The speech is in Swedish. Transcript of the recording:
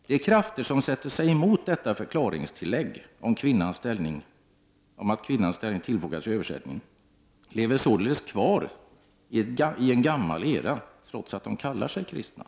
De krafter som sätter sig emot att detta förklaringstillägg om kvinnans ställning tillfogas till översättningen lever således kvar i en gammal era, trots att de kallar sig för kristna.